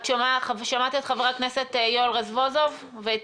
את שומעת את חבר הכנסת יואל רזבוזוב ואת